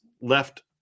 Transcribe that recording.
left